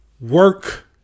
work